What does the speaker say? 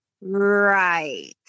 Right